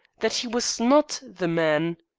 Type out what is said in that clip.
that he was not the man?